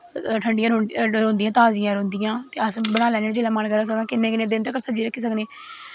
ठंडियां रौंह्दियां ताज़ियां रौंह्दियां ते अस बनाई लैन्ने होन्ने जिसलै मन करै अस किन्ने किन्ने दिन तक सब्जी सक्खी सकने